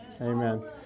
Amen